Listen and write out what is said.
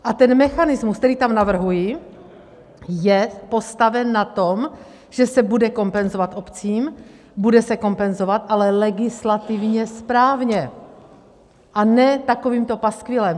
A ten mechanismus, který tam navrhuji, je postaven na tom, že se bude kompenzovat obcím, bude se kompenzovat, ale legislativně správně, a ne takovýmto paskvilem.